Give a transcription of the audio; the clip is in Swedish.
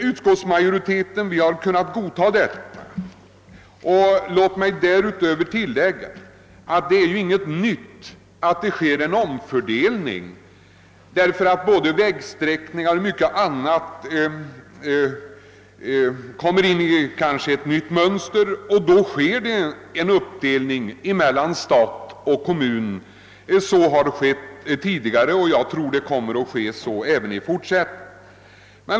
Utskottsmajoriteten har godtagit detta resonemang. Låt mig därutöver tilllägga, att det inte är någonting nytt att det sker en omfördelning. Vägsträckningarna visar upp nya mönster, och därmed görs en omfördelning mellan stat och kommun. Så har skett tidigare, och jag tror det kommer att ske även i fortsättningen.